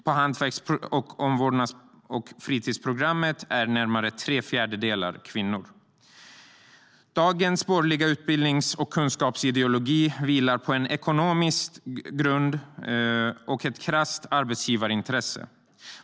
På hantverks, omvårdnads och fritidsprogrammen är närmare tre fjärdedelar kvinnor. Dagens borgerliga utbildnings och kunskapsideologi vilar på en ekonomistisk grund och ett krasst arbetsgivarintresse.